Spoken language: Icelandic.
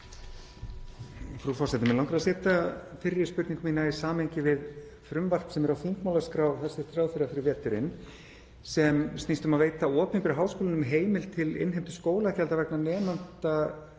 Frú forseti. Mig langar að setja fyrri spurningu mína í samhengi við frumvarp sem er á þingmálaskrá hæstv. ráðherra fyrir veturinn sem snýst um að veita opinberu háskólunum heimild til innheimtu skólagjalda vegna nemenda